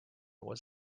was